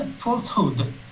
falsehood